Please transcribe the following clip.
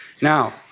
Now